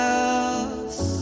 else